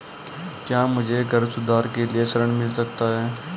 क्या मुझे घर सुधार के लिए ऋण मिल सकता है?